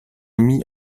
mis